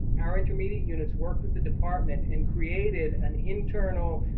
our intermediate units worked with the department and created an internal,